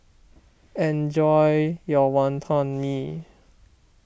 enjoy your Wonton Mee